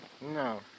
no